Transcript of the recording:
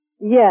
Yes